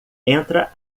entra